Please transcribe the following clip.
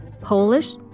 Polish